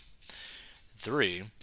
Three